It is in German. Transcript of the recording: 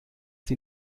sie